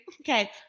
okay